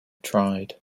tried